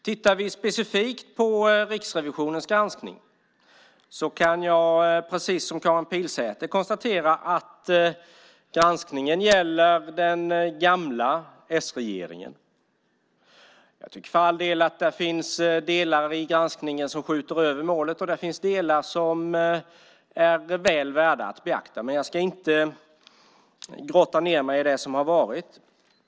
Tittar vi specifikt på Riksrevisionens granskning kan jag, precis som Karin Pilsäter, konstatera att granskningen gäller den gamla s-regeringen. Jag tycker för all del att det finns delar av granskningen som skjuter över målet, och det finns delar som är väl värda att beakta, men jag ska inte grotta ned mig i det som har varit.